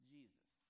Jesus